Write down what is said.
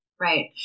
right